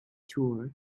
tour